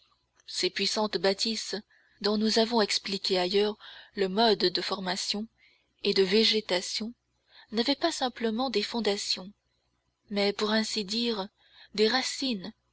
ces puissantes bâtisses dont nous avons expliqué ailleurs le mode de formation et de végétation n'avaient pas simplement des fondations mais pour ainsi dire des racines